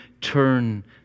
turn